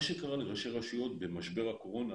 מה שקרה לראשי רשויות במשבר הקורונה,